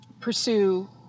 pursue